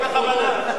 זה תקדים.